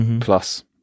plus